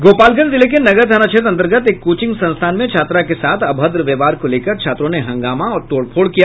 गोपालगंज जिले के नगर थाना क्षेत्र अंतर्गत एक कोचिंग संस्थान में छात्रा के साथ अभद्र व्यवहार को लेकर छात्रों ने हंगामा और तोड़फोड़ किया